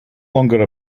longer